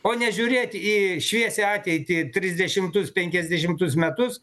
o nežiūrėti į šviesią ateitį trisdešimtus penkiasdešimtus metus